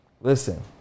Listen